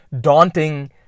daunting